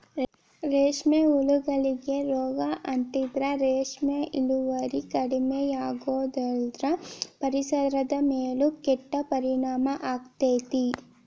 ರೇಷ್ಮೆ ಹುಳಗಳಿಗೆ ರೋಗ ಅಂಟಿದ್ರ ರೇಷ್ಮೆ ಇಳುವರಿ ಕಡಿಮಿಯಾಗೋದಲ್ದ ಪರಿಸರದ ಮೇಲೂ ಕೆಟ್ಟ ಪರಿಣಾಮ ಆಗ್ತೇತಿ